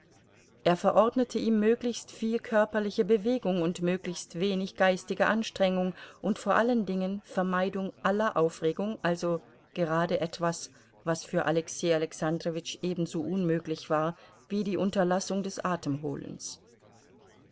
er verordnete ihm möglichst viel körperliche bewegung und möglichst wenig geistige anstrengung und vor allen dingen vermeidung aller aufregung also gerade etwas was für alexei alexandrowitsch ebenso unmöglich war wie die unterlassung des